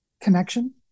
connection